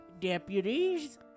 deputies